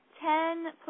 ten